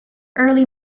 early